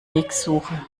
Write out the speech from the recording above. wegsuche